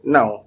Now